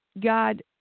God